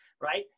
right